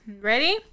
Ready